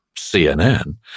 CNN